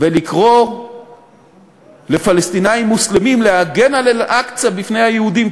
ולקרוא לפלסטינים מוסלמים להגן על אל-אקצא מפני היהודים,